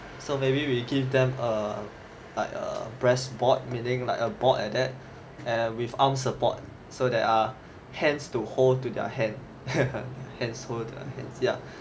so maybe err give them err like a breast board meaning like a board like that and with arm support so that are hands to hold to their hand hands hold their hand ya